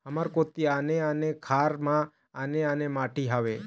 हमर कोती आने आने खार म आने आने माटी हावे?